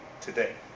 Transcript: today